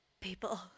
People